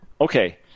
Okay